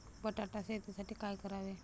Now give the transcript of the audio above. बटाटा शेतीसाठी काय करावे?